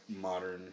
modern